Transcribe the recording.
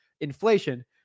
inflation